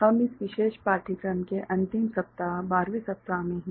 हम इस विशेष पाठ्यक्रम के अंतिम सप्ताह 12 वें सप्ताह में हैं